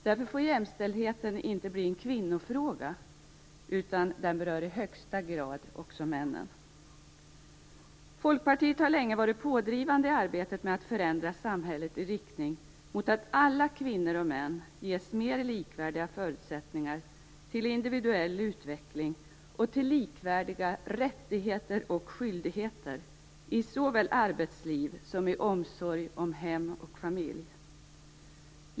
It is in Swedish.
Därför får jämställdheten inte bli en kvinnofråga, utan den berör i högsta grad också männen. Folkpartiet har länge varit pådrivande i arbetet med att förändra samhället i riktning mot att alla kvinnor och män ges mer likvärdiga förutsättningar till individuell utveckling och till likvärdiga rättigheter och skyldigheter såväl i arbetsliv som i omsorg om hem och familj.